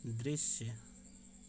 दृश्य